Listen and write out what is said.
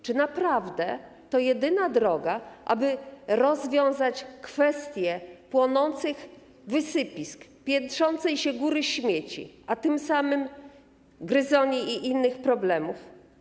Czy naprawdę to jedyna droga, aby rozwiązać kwestie płonących wysypisk i piętrzącej się góry śmieci, a tym samym gryzoni, i inne problemy?